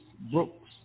Brooks